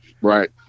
Right